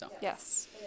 Yes